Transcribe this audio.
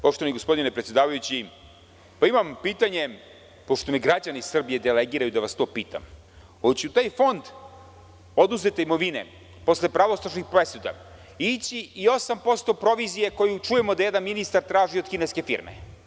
Poštovani gospodine predsedavajući, imam pitanje, pošto me građani Srbije delegiraju da vas to pitam, hoće li u taj fond oduzete imovine, posle pravosnažnih presuda, ići i 8% provizije koju, čujemo, jedan ministar traži od kineske firme.